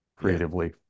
creatively